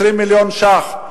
20 מיליון שקלים